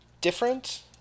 different